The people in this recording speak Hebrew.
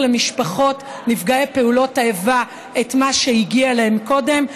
למשפחות נפגעי פעולות האיבה את מה שהגיע להן קודם,